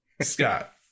Scott